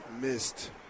missed